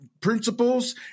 principles